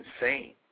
insane